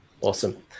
awesome